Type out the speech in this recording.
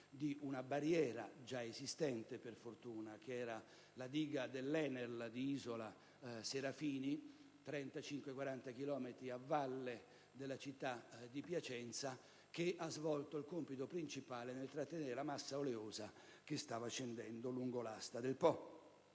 di una barriera, già esistente per fortuna, alla diga dell'ENEL di Isola Serafini, 35-40 chilometri a valle della città di Piacenza, che ha svolto il compito principale nel trattenere la massa oleosa che stava scendendo lungo l'asta del Po.